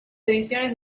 ediciones